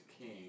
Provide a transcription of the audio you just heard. king